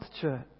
church